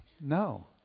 no